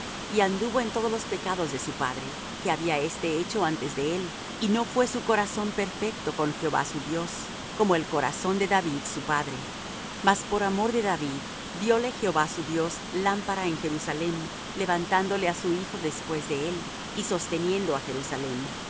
y anduvo en todos los pecados de su padre que había éste hecho antes de él y no fué su corazón perfecto con jehová su dios como el corazón de david su padre mas por amor de david dióle jehová su dios lámpara en jerusalem levantándole á su hijo después de él y sosteniendo á jerusalem